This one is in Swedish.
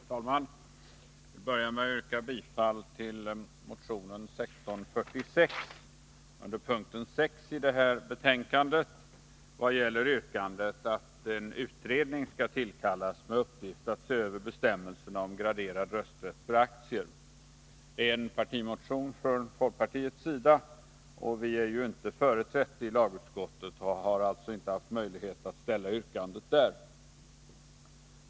Herr talman! Jag börjar med att yrka bifall till motion 1646 under punkt 6 i detta betänkande. I motionen begärs att en utredning skall tillkallas med uppgift att se över bestämmelserna om graderad rösträtt för aktier. Det är en partimotion från folkpartiet. Vi är inte företrädda i lagutskottet och har därför inte haft möjlighet att ställa vårt yrkande där.